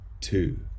two